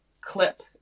clip